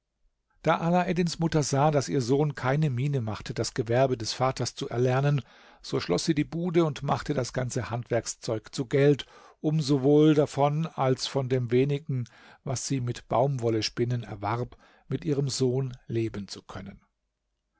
da alaeddins mutter sah daß ihr sohn keine miene machte das gewerbe des vaters zu erlernen so schloß sie die bude und machte das ganze handwerkszeug zu geld um sowohl davon als von dem wenigen was sie mit baumwollespinnen erwarb mit ihrem sohn leben zu können